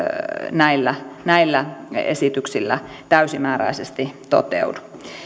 näillä näillä esityksillä täysimääräisesti toteudu